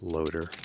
Loader